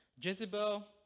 Jezebel